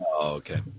okay